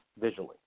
visually